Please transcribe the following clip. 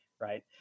Right